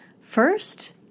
First